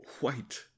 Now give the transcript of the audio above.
white